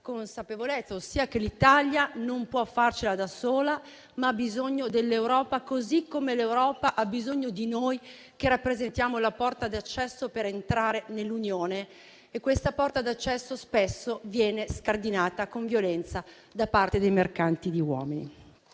consapevolezza, ossia che l'Italia non può farcela da sola, ma ha bisogno dell'Europa, così come l'Europa ha bisogno di noi, che rappresentiamo la porta di accesso per entrare nell'Unione. Questa porta d'accesso spesso viene scardinata con violenza da parte dei mercanti di uomini.